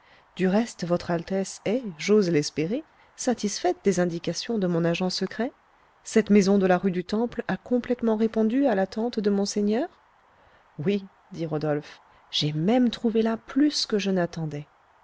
du reste votre altesse est j'ose l'espérer satisfaite des indications de mon agent secret cette maison de la rue du temple a complètement répondu à l'attente de monseigneur oui dit rodolphe j'ai même trouvé là plus que je n'attendais